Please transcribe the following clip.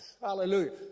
Hallelujah